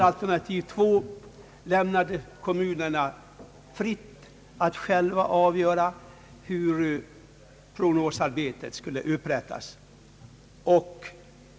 Alternativ 2 gav kommunerna frihet att själva avgöra, hur prognosarbetet skul le bedrivas.